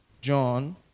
John